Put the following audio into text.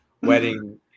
wedding